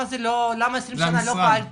למה 20 שנה לא פעלתם?